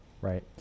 Right